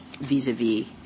vis-a-vis